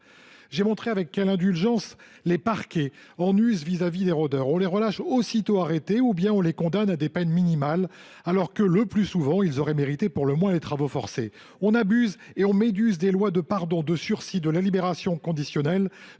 J’ai montré […] avec quelle indulgence les parquets en usent vis à vis des rôdeurs. On les relâche aussitôt arrêtés ou bien on les condamne à des peines minimes alors que, le plus souvent, ils auraient mérité pour le moins les travaux forcés. On abuse et on mésuse des lois de pardon et de sursis, de la libération conditionnelle,